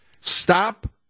stop